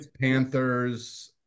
Panthers